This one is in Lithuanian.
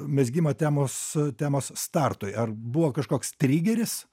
mezgimo temos temos startui ar buvo kažkoks trigeris